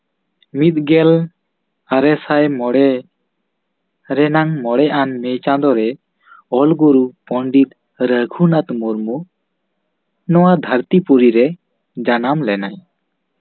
ᱢᱤᱫ ᱜᱮᱞ ᱟᱨᱮ ᱥᱟᱭ ᱢᱚᱬᱮ ᱨᱮᱱᱟᱝ ᱢᱚᱬᱮ ᱟᱱ ᱢᱮ ᱪᱟᱸᱫᱳᱨᱮ ᱚᱞᱜᱩᱨᱩ ᱯᱚᱱᱰᱤᱛ ᱨᱟᱹᱜᱷᱩᱱᱟᱛᱷ ᱢᱩᱨᱢᱩ ᱱᱚᱣᱟ ᱫᱷᱟᱹᱨᱛᱤ ᱯᱩᱨᱤᱨᱮ ᱡᱟᱱᱟᱢ ᱞᱮᱱᱟᱭ